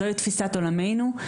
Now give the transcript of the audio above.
זוהי תפיסת עולמינו,